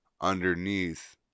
underneath